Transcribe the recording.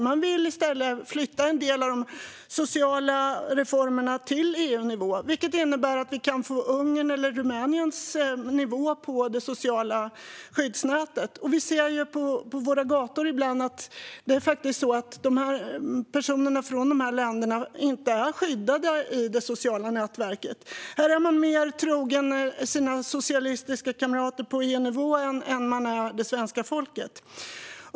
Man vill i stället flytta en del av de sociala reformerna till EU-nivå, vilket innebär att vi kan få Ungerns eller Rumäniens nivå på det sociala skyddsnätet. Vi ser ju ibland på våra gator att personer från dessa länder inte är skyddade. Här är Socialdemokraterna alltså mer trogna sina socialistiska kamrater på EU-nivå än man är det svenska folket.